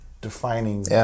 defining